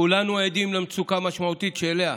כולנו עדים למצוקה המשמעותית שאליה